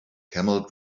camel